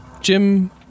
Jim